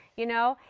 you know.